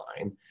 line